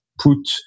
put